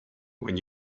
when